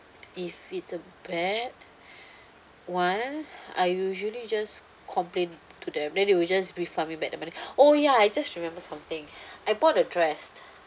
if it's a bad one I usually just complain to them then they will just refund me back the money oh yah I just remember something I bought a dress